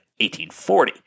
1840